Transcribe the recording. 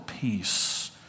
peace